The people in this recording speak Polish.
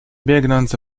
biegnąc